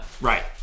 right